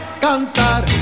Cantar